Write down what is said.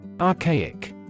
Archaic